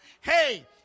Hey